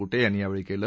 कृटे यांनी यावेळी केलं